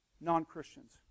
non-Christians